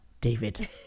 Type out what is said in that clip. David